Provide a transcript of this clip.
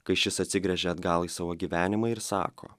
kai šis atsigręžia atgal į savo gyvenimą ir sako